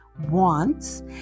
wants